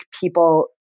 people